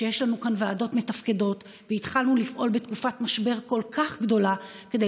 שיש לנו כאן ועדות מתפקדות והתחלנו לפעול בתקופת משבר כל כך גדולה כדי